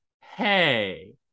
hey